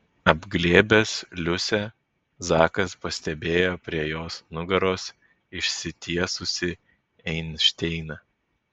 apglėbęs liusę zakas pastebėjo prie jos nugaros išsitiesusį einšteiną